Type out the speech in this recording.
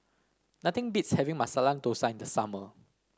nothing beats having Masala Dosa in the summer